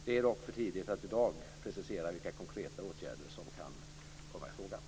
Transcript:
Det är dock för tidigt att i dag precisera vilka konkreta åtgärder som kan komma i fråga.